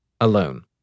alone